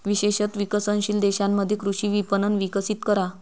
विशेषत विकसनशील देशांमध्ये कृषी विपणन विकसित करा